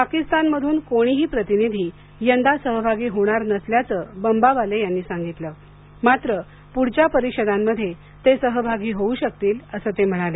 पाकिस्तानमधून कोणीही प्रतिनिधी यंदा सहभागी होणार नसल्याचं बंबावाले यांनी सांगितलं मात्र पुढच्या परिषदांमध्ये ते सहभागी होऊ शकतील असं ते म्हणाले